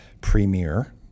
premiere